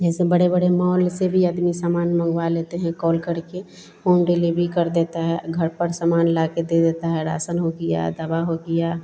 जैसे बड़े बड़े मॉल से भी आदमी सामान मँगवा लेते हैं कॉल करके होम डिलिवरी कर देते हैं घर पर सामान लाकर दे देते हैं रासन हो गया दवा हो गया